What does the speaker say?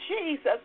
Jesus